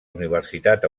universitat